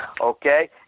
okay